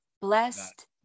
blessed